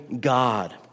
God